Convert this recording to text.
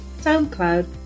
SoundCloud